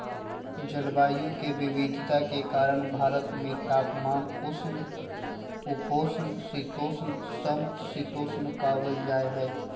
जलवायु के विविधता के कारण भारत में तापमान, उष्ण उपोष्ण शीतोष्ण, सम शीतोष्ण पावल जा हई